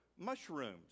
Mushrooms